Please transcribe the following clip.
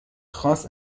خاص